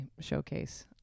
showcase